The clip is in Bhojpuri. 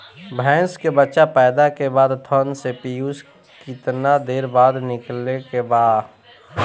भैंस के बच्चा पैदा के बाद थन से पियूष कितना देर बाद निकले के बा?